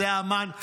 זה אמ"ן,